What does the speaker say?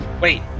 wait